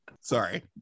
sorry